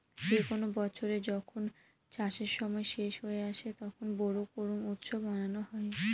যে কোনো বছরে যখন চাষের সময় শেষ হয়ে আসে, তখন বোরো করুম উৎসব মানানো হয়